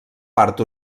part